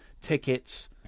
tickets